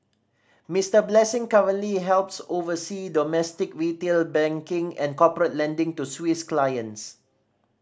Mister Blessing currently helps oversee domestic retail banking and corporate lending to Swiss clients